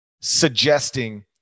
suggesting –